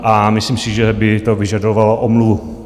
A myslím si, že by to vyžadovalo omluvu.